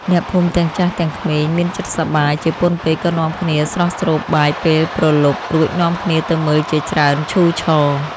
អ្នកភូមិទាំងចាស់ទាំងក្មេងមានចិត្តសប្បាយជាពន់ពេកក៏នាំគ្នាស្រស់ស្រូបបាយពេលព្រលប់ រួចនាំគ្នាទៅមើលជាច្រើនឈូឆរ។